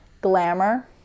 glamour